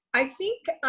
i think,